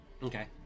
Okay